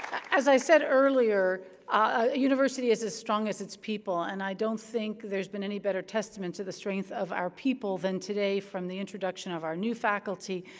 as i said earlier, a university is as strong as its people, and i don't think there's been any better testament to the strength of our people than today, from the introduction of our new faculty,